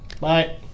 Bye